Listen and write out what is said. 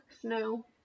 Snow